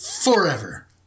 forever